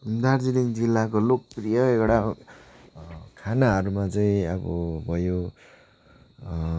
दार्जिलिङ जिल्लाको लोकप्रिय एउटा खानाहरूमा चाहिँ अब भयो